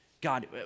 God